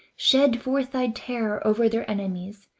shed forth thy terror over their enemies,